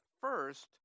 first